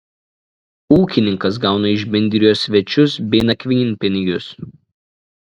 ūkininkas gauna iš bendrijos svečius bei nakvynpinigius